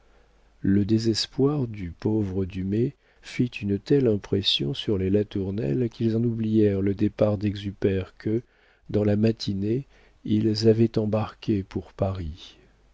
le désespoir du pauvre dumay fit une telle impression sur les latournelle qu'ils en oublièrent le départ d'exupère que dans la matinée ils avaient embarqué pour paris